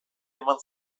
eman